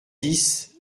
dix